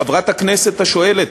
חברת הכנסת השואלת,